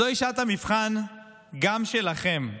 זוהי שעת המבחן גם שלכם,